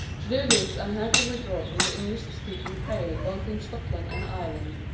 to do this i had to withdraw from the english-speaking pale both in scotland and ireland,